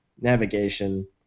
navigation